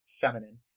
feminine